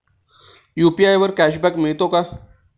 UPI वर cashback मिळतो का?